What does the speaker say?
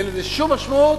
אין לזה שום משמעות.